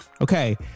Okay